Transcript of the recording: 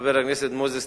חבר הכנסת מוזס,